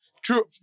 true